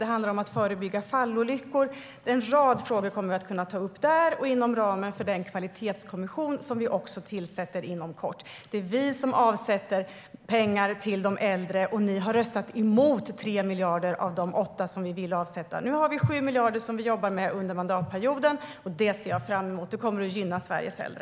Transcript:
Det handlar om att förebygga fallolyckor. Vi kommer att kunna ta upp en rad frågor där och inom ramen för den kvalitetskommission som vi tillsätter inom kort. Det är vi som avsätter pengar till de äldre. Ni har röstat emot 3 miljarder av de 8 som vi ville avsätta. Nu har vi 7 miljarder som vi jobbar med under mandatperioden. Det ser jag fram emot. Det kommer att gynna Sveriges äldre.